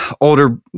older